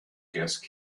guest